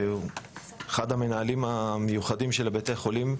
שהוא אחד המנהלים המיוחדים של בתי החולים,